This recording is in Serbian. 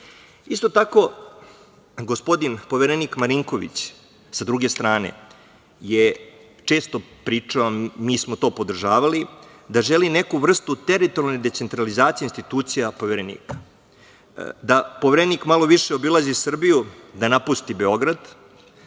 tako, gospodin Poverenik Marinković, sa druge strane je često pričao, mi smo to podržavali, da želi neku vrstu teritorijalne decentralizacije institucija Poverenika. Da Poverenik malo više obilazi Srbiju, da napusti Beograd,